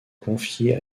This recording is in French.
confiée